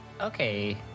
Okay